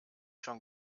schon